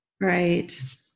Right